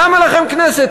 למה לכם כנסת?